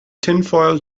tinfoil